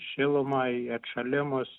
šilumą į atšalimus